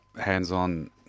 hands-on